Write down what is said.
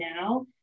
now